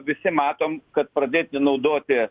visi matom kad pradėti naudoti